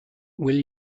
will